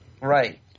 Right